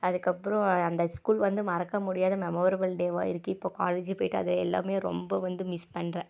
அதுக்கப்புறோம் அந்த ஸ்கூல் வந்து மறக்க முடியாத மெமோரபுள் டேவாக இருக்குது இப்போ காலேஜ் போயிட்டு அதே எல்லாமே ரொம்ப வந்து மிஸ் பண்ணுறேன்